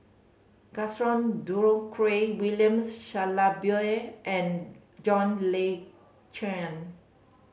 Gaston Dutronquoy Williams Shellabear and John Le